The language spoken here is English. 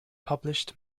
published